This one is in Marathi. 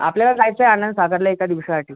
आपल्याला जायचाय आनंदसागरला एका दिवसासाठी